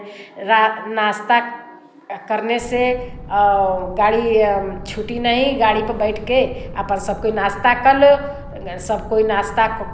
रा नाश्ता करने से गाड़ी छुटी नहीं गाड़ी पर बैठ कर अपन सब कोई नाश्ता कर लो सब कोई नाश्ता